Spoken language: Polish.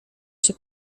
się